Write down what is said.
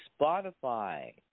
Spotify